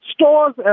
stores